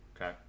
okay